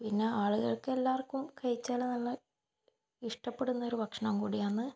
പിന്നെ ആളുകൾക്ക് എല്ലാവർക്കും കഴിച്ചാൽ നല്ല ഇഷ്ടപ്പെടുന്നൊരു ഭക്ഷണം കൂടിയാണ്